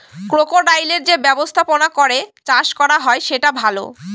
ক্রোকোডাইলের যে ব্যবস্থাপনা করে চাষ করা হয় সেটা ভালো